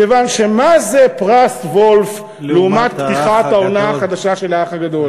כיוון שמה זה פרס וולף לעומת פתיחת העונה החדשה של "האח הגדול"?